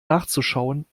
nachzuschauen